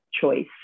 choice